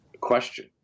question